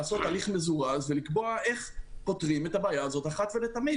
לעשות הליך מזורז ולקבוע איך פותרים את הבעיה הזאת אחת ולתמיד?